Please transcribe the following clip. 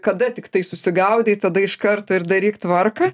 kada tiktai susigaudai tada iš karto ir daryk tvarką